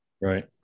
Right